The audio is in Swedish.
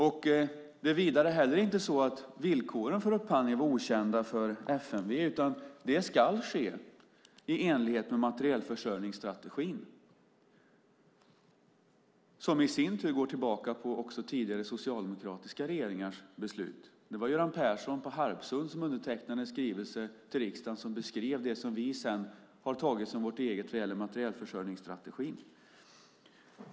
Det är vidare heller inte så att villkoren för upphandlingen var okända för FMV, utan det ska ske i enlighet med materielförsörjningsstrategin, som i sin tur också går tillbaka till tidigare socialdemokratiska regeringars beslut. Det var Göran Persson som på Harpsund undertecknade en skrivelse till riksdagen där man beskrev det som vi sedan har tagit som vårt eget när det gäller materielförsörjningsstrategin.